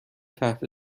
تحت